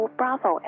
bravo